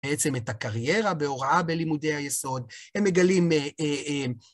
בעצם את הקריירה בהוראה בלימודי היסוד, הם מגלים...